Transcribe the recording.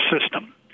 system